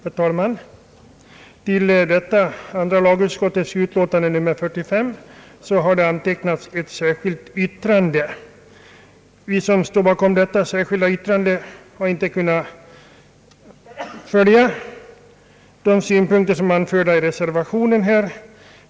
Herr talman! Till andra lagutskottets utlåtande nr 45 har antecknats ett särskilt yttrande. Vi som står bakom detta särskilda yttrande har inte kunnat följa de synpunkter som har anförts i reservationen.